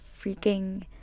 freaking